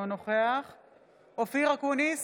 אתה וגם ליברמן, שעמד כאן ואמר דברים דומים, אמר: